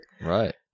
Right